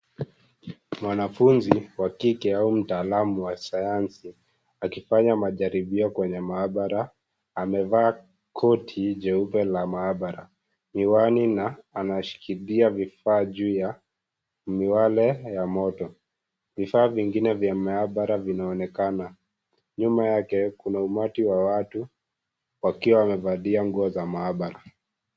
Mwanafunzi wa kike au mtaalamu wa kisayansi akifanya majaribio kwenye mahabara amevaa koti jeupe la mahabara miwani na anashikilia vifaa juu ya miwale ya moto, vifaa vingine vya mahabara vinaonekana nyuma yake kuna umati wa watu wakiwa wamevalia nguo za mahabara.